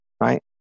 right